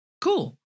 cool